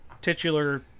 titular